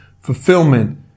fulfillment